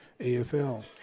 AFL